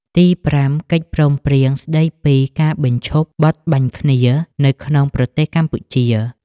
ទីប្រាំ កិច្ចព្រមព្រៀង ស្តីពីការបញ្ឈប់បទបាញ់គ្នា នៅក្នុងប្រទេសកម្ពុជា។